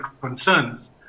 concerns